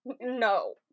No